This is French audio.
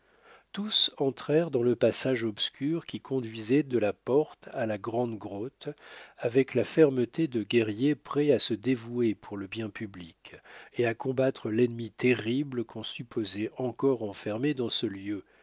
tous entrèrent dans le passage obscur qui conduisait de la porte à la grande grotte avec la fermeté de guerriers prêts à se dévouer pour le bien public et à combattre l'ennemi terrible qu'on supposait encore enfermé dans ce lieu